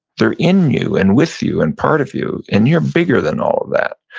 they're in you and with you and part of you. and you're bigger than all of that.